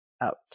out